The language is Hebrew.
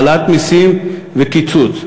העלאת מסים וקיצוץ,